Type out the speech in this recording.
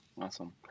Awesome